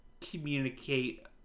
communicate